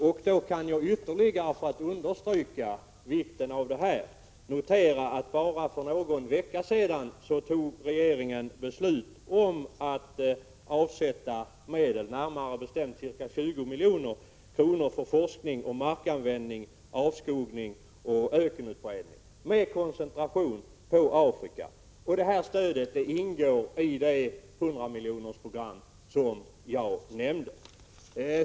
För att ytterligare understryka vad jag sagt kan jag också nämna att bara för någon vecka sedan fattade regeringen beslut om att avsätta medel, närmare bestämt ca 20 milj.kr., för forskning om markanvändning, 63 avskogning och ökenutbredning, med koncentration på Afrika. Det stödet ingår i det 100-miljonersprogram som jag nämnde.